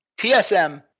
TSM